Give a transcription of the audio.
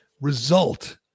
result